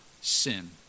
sin